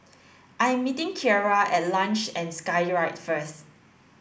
I am meeting Kierra at Luge and Skyride first